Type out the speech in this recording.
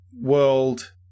world